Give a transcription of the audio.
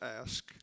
ask